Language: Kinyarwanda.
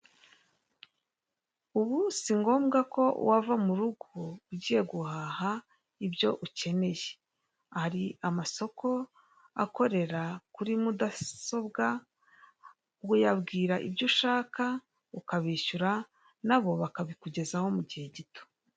Ubu singombwa ko wava mu rugo ugiye guhaha ibyo ukeneye. Hari amasoko akorera kuri mudasobwa uyabwirwa ibyo ushaka ukabishyura na bo bakabikugezaho mu gihe gito.